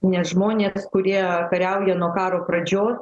nes žmonės kurie kariauja nuo karo pradžios